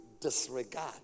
disregard